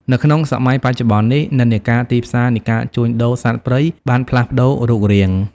នៅក្នុងសម័យបច្ចុប្បន្ននេះ និន្នាការទីផ្សារនៃការជួញដូរសត្វព្រៃបានផ្លាស់ប្ដូររូបរាង។